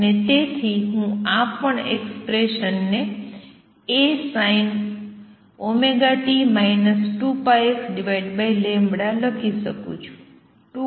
અને તેથી હું પણ આ એક્ષ્પ્રેસન ને ASinωt 2πxλ લખી શકું છું